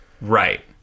Right